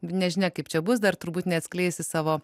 nežinia kaip čia bus dar turbūt neatskleisi savo